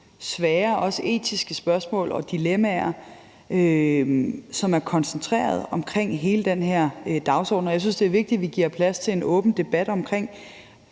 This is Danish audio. svære også etiske spørgsmål og dilemmaer, som er koncentreret omkring hele den her dagsorden. Og jeg synes, det er vigtigt, at vi dels giver plads til en åben debat om